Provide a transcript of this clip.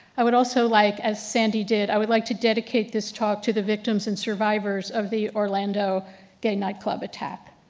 i would also like, as sandy did, i would like to dedicate this talk to the victims and survivors of the orlando gay nightclub attack.